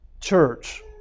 church